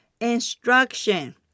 instruction